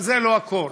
אבל זה לא הכול.